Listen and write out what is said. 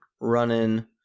running